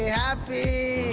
happy